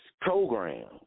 program